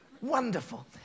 Wonderful